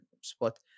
spot